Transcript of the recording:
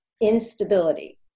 instability